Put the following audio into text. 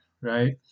Right